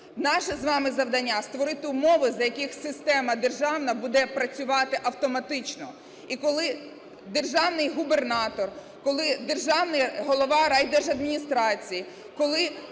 Наше з вами завдання – створити умови, за яких система державна буде працювати автоматично. І коли державний губернатор, коли державний голова райдержадміністрації, коли